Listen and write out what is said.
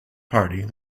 party